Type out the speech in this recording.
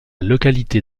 localité